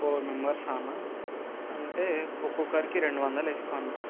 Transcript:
four members అన్న అంటే ఒక్కొక్కరికి రెండు వందలు వేసుకో అన్న